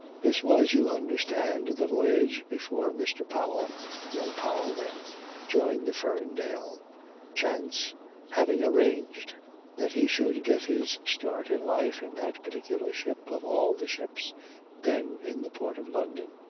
this was you understand the voyage before mr. powell young powell then joined the ferndale chance having arranged that he should get his start in life in that particular ship of all the ships then in the port of london.